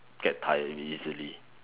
get tired easily